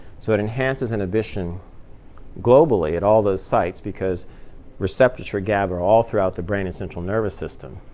so it enhances inhibition globally at all those sites because receptors for gaba are all throughout the brain and central nervous system.